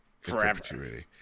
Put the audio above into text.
forever